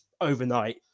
overnight